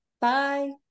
Bye